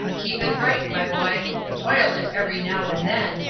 keep it bright, my boy oil it every now and then,